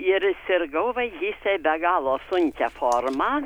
ir sirgau vaikystėj be galo sunkia forma